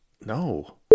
No